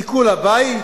עיקול הבית,